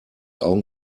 augen